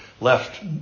left